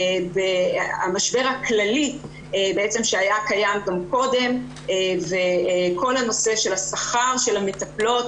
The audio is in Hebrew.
המשבר הכללי שהיה קיים גם קודם וכל הנושא של השכר של המטפלות